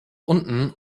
unten